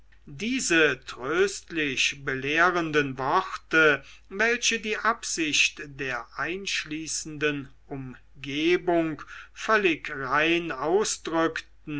diese tröstlich belehrenden worte welche die absicht der einschließenden umgebung völlig rein ausdrückten